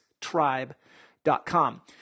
Tribe.com